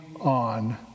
on